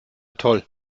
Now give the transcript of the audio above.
toll